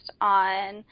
on